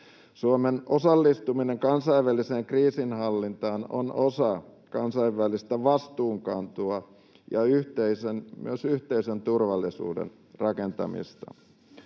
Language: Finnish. Suomen osallistuminen kansainväliseen kriisinhallintaan on osa kansainvälistä vastuunkantoa ja myös yhteisen turvallisuuden rakentamista.